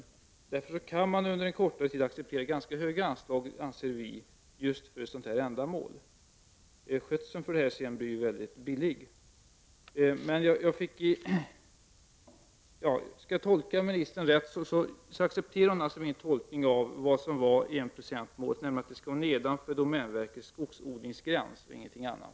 Vi anser därför att man under en kortare tid kan acceptera ganska höga anslag just för ett sådant här ändamål. Skötseln blir ju sedan mycket billig. Jag har uppfattat ministerns anförande så att hon accepterar min tolkning av vad som är enprocentsmålet, nämligen att det rör sig om skog nedanför domänverkets skogsodlingsgräns, och ingenting annat.